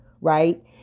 right